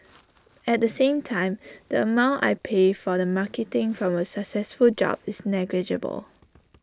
at the same time the amount I pay for the marketing from A successful job is negligible